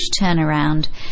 turnaround